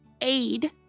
aid